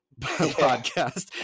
podcast